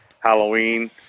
Halloween